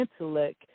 intellect